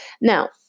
Now